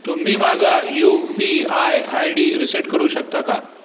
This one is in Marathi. तुम्ही माझा U P I I D reset करू शकता का